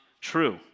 true